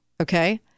okay